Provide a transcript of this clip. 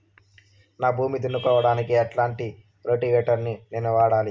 నా భూమి దున్నుకోవడానికి ఎట్లాంటి రోటివేటర్ ని నేను వాడాలి?